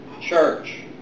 church